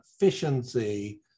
efficiency